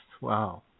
Wow